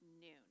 noon